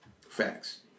Facts